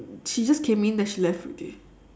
she just came in then she left already